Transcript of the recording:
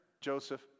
Joseph